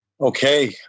Okay